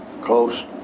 close